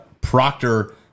Proctor